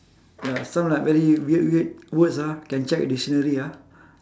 ya some like very weird weird words ah can check the dictionary ah